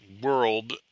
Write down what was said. world